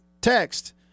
text